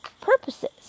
purposes